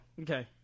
Okay